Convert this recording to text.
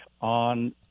on